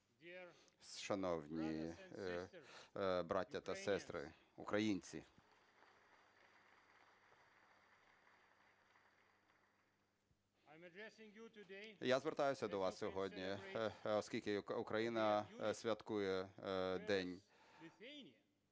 шановні браття та сестри, українці! Я звертаюся до вас сьогодні, оскільки Україна святкує день,